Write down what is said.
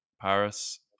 Paris